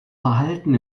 verhalten